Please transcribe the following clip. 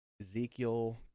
Ezekiel